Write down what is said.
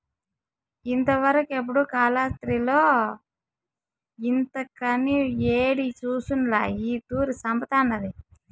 ఇంతవరకెపుడూ కాలాస్త్రిలో ఇంతకని యేడి సూసుండ్ల ఈ తూరి సంపతండాది